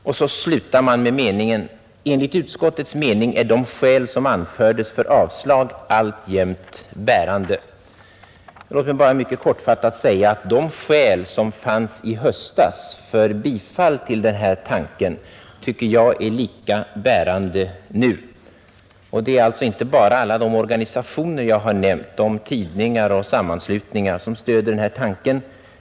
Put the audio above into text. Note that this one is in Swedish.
Avslutningsvis skriver utskottet: ”Enligt utskottets mening är de skäl som anfördes för avslag alltjämt bärande.” Låt mig bara säga att det skäl som fanns i höstas för bifall till denna tanke i mitt tycke är lika bärande nu. Det är alltså inte bara de organisationer, de tidningar och de sammanslutningar jag nämnt som stöder denna tanke.